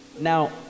now